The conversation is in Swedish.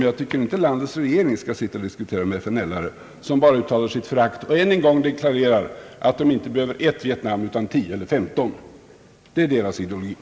Däremot anser jag inte att landets regering skall diskutera med FNL-are, som bara uttalar sitt förakt och än en gång deklarerar, att de inte bara behöver ett Vietnam, utan tio eller femton stycken. Det är deras ideologi.